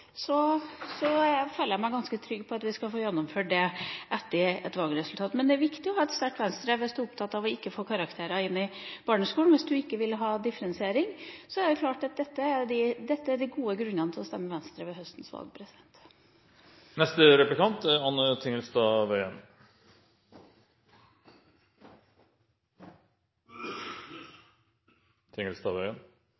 føler jeg meg ganske trygg på at vi skal få gjennomført det etter et valgresultat. Men det er viktig å ha et sterkt Venstre hvis du er opptatt av ikke å få karakterer i barneskolen, hvis du ikke vil ha differensiering. Så dette er de gode grunnene til å stemme Venstre ved høstens valg. Jeg vil bare få lov til å opplyse om at Senterpartiet ikke har programfestet femårig lærerutdanning, for vi mener at det er